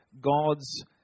God's